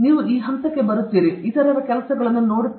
ನೀವು ಈ ಹಂತಕ್ಕೆ ಬರುತ್ತೀರಿ ನಂತರ ನೀವು ಇತರ ಕೆಲಸಗಳನ್ನು ಮಾಡುತ್ತೀರಿ